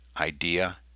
Idea